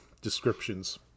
descriptions